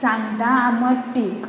सांगटां आमटटीक